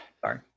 sorry